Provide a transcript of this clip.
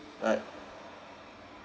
but